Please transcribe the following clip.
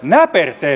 näpertely